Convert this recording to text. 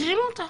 החרימו אותה,